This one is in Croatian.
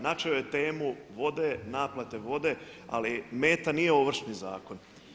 Načeo je temu vode, naplate vode ali meta nije Ovršni zakon.